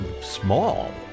small